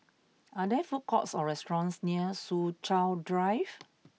are there food courts or restaurants near Soo Chow Drive